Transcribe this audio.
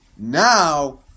Now